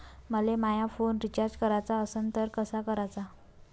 मले माया phone recharge कराचा असन तर कसा कराचा?